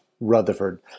Rutherford